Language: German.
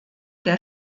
der